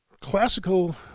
Classical